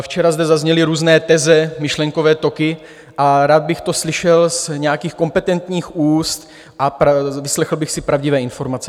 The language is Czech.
Včera zde zazněly různé teze, myšlenkové toky, a rád bych to slyšel z nějakých kompetentních úst a vyslechl bych si pravdivé informace.